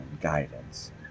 guidance